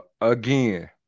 again